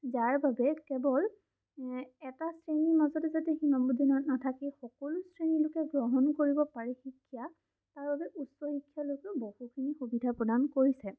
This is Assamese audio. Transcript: যাৰ বাবে কেৱল এটা শ্ৰেণীৰ মাজতে যাতে সীমাবদ্ধ নাথাকে সকলো শ্ৰেণীৰ লোকে গ্ৰহণ কৰিব পাৰি শিক্ষা তাৰ বাবে উচ্চ শিক্ষালৈকেও বহুখিনি সুবিধা প্ৰদান কৰিছে